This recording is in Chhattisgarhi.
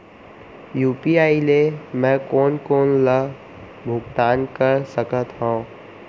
यू.पी.आई ले मैं कोन कोन ला भुगतान कर सकत हओं?